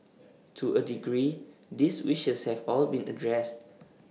to A degree these wishes have all been addressed